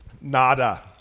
Nada